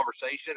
conversation